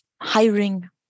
hiring